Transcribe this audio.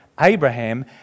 Abraham